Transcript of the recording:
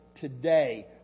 today